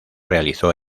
realizó